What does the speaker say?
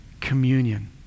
Communion